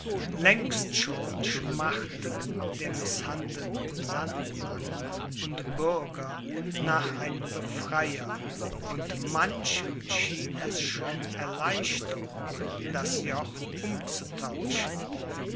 längst schon schmachteten der mißhandelt landmann und bürger nach einem befreier und manchem schien es schon erleichterung das joch umzutauschen